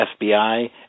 FBI